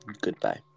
Goodbye